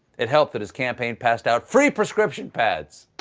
it helped that his campaign passed out free prescription pads.